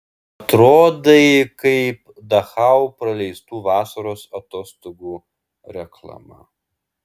atrodai kaip dachau praleistų vasaros atostogų reklama